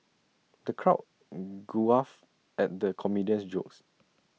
the crowd at the comedian's jokes